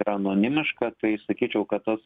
yra anonimiška tai sakyčiau kad tas